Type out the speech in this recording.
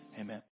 amen